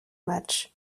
matchs